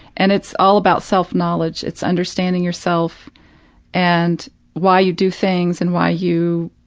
and it's all about self-knowledge. it's understanding yourself and why you do things and why you